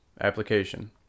Application